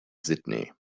sydney